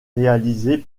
réalisées